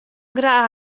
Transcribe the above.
graach